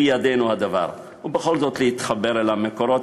בידינו הדבר, ובכל זאת להתחבר אל המקורות.